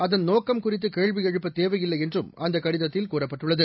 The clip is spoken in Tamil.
அதன் நோக்கம் குறித்து கேள்வி எழுப்பத் தேவையில்லை என்றும் அந்தக் கடிதத்தில் கூறப்பட்டுள்ளது